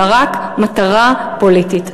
אלא רק מטרה פוליטית.